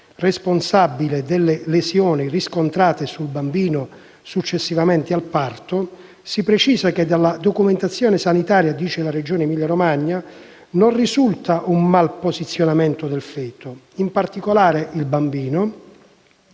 responsabile delle lesioni riscontrate sul bambino successivamente al parto, si precisa che dalla documentazione sanitaria - riferisce la Regione Emilia-Romagna - non risulta un malposizionamento del feto: in particolare, il bambino